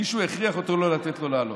מישהו הכריח אותו לא לתת לו לעלות.